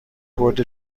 برد